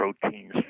proteins